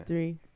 Three